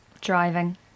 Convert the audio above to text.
Driving